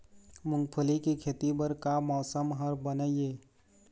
मूंगफली के खेती बर का मौसम हर बने ये?